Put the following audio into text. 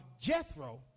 Jethro